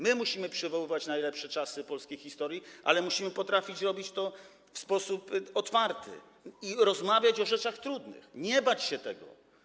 My musimy przywoływać najlepsze czasy polskiej historii, ale musimy potrafić robić to w sposób otwarty i rozmawiać o rzeczach trudnych, nie bać się tego.